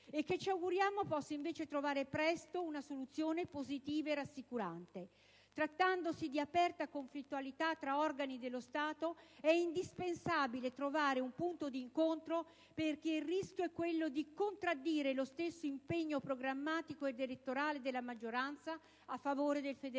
e che ci auguriamo possa invece trovare presto una soluzione positiva e rassicurante. Trattandosi però di aperta conflittualità tra istituzioni della Repubblica, è indispensabile trovare un punto d'incontro, perché il rischio è quello di contraddire lo stesso impegno programmatico ed elettorale della maggioranza a favore del federalismo.